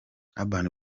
urban